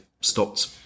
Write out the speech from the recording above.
stopped